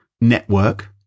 network